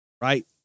Right